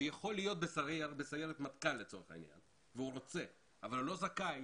שיכול להיות בסיירת מטכ"ל לצורך העניין אבל הוא לא זכאי